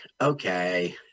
okay